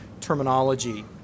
terminology